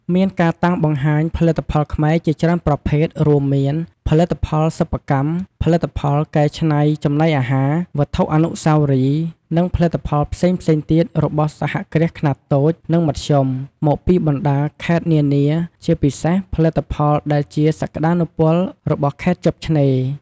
មានការតាំងបង្ហាញផលិតផលខ្មែរជាច្រើនប្រភេទ រួមមាន ផលិតផលសិប្បកម្ម ផលិតផលកែច្នៃចំណីអាហារ វត្ថុអនុស្សាវរីយ៍ និងផលិតផលផ្សេងៗទៀតរបស់សហគ្រាសខ្នាតតូច និងមធ្យម មកពីបណ្ដាខេត្តនានា ជាពិសេសផលិតផលដែលជាសក្ដានុពលរបស់ខេត្តជាប់ឆ្នេរ។